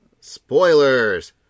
Spoilers